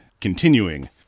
Continuing